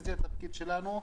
כי זה התפקיד שלנו.